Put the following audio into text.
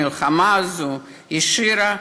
המלחמה הזאת השאירה